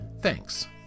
Thanks